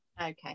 Okay